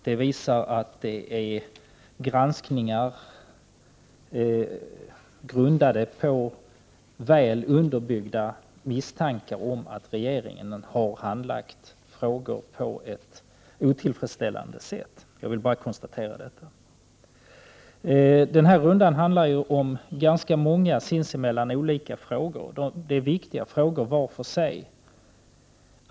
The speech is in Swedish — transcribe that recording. Det visar att dessa granskningsärenden är grundade på väl underbyggda misstankar om att regeringen har handlagt frågor på ett otillfredsställande sätt. Jag vill bara konstatera detta. I den här debattrundan behandlas ganska många sinsemellan olika frågor, som var för sig är viktiga.